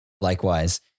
Likewise